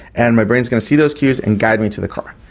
and my brain is going to see those cues and guide me to the car,